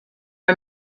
are